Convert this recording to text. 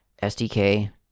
SDK